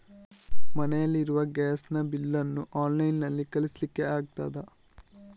ಮನೆಯಲ್ಲಿ ಇರುವ ಗ್ಯಾಸ್ ನ ಬಿಲ್ ನ್ನು ಆನ್ಲೈನ್ ನಲ್ಲಿ ಕಳಿಸ್ಲಿಕ್ಕೆ ಆಗ್ತದಾ?